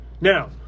Now